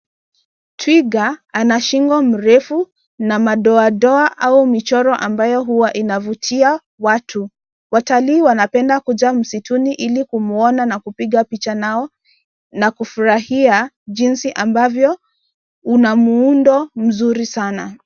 Twiga ana shingo mrefu na madoadoa au michoro ambayo huwa inavutia watu. Watalii wanapenda kuja msituni ili kumuona na kupiga picha nao na kufurahia jinsi ambavyo una muundo mzuri sana.